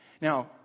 Now